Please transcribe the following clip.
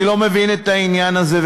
אני לא מבין את העניין הזה.